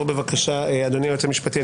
אדוני היועץ המשפטי,